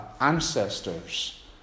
ancestors